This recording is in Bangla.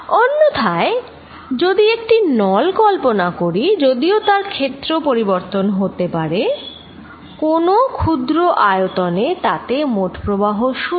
অন্যথায় যদি একটি নল কল্পনা করি যদিও তার ক্ষেত্র পরিবর্তন হতে পারে কোনো ক্ষুদ্র আয়তনে তাতে মোট প্রবাহ 0